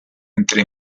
entre